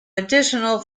additional